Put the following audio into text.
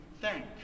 thank